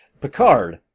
Picard